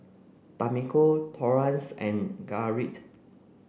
Tamiko Torrance and Garrett